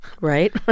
Right